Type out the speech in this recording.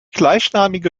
gleichnamige